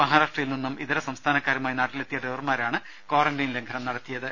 മഹാരാഷ്ട്രയിൽ നിന്നും ഇതര സംസ്ഥാനക്കാരുമായി നാട്ടിലെത്തിയ ഡ്രൈവർമാരാണ് ക്വാറന്റയിൻ ലംഘനം നടത്തിയത്